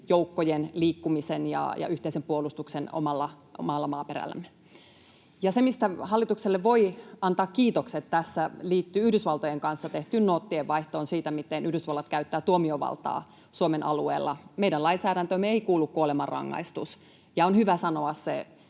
joukkojen liikkumisen ja yhteisen puolustuksen omalla maaperällämme. Se, mistä hallitukselle voi antaa kiitokset tässä, liittyy Yhdysvaltojen kanssa tehtyyn noottienvaihtoon siitä, miten Yhdysvallat käyttää tuomiovaltaa Suomen alueella. Meidän lainsäädäntöömme ei kuulu kuolemanrangaistus, ja on hyvä sanoa se